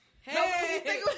hey